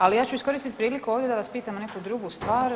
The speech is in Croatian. Ali ja ću iskoristiti priliku ovdje da vas pitam neku drugu stvar.